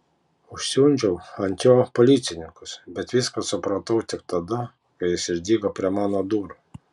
užsiundžiau ant jo policininkus bet viską supratau tik tada kai jis išdygo prie mano durų